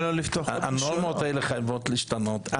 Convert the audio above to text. הנורמות האלה חייבות להשתנות.